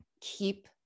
keep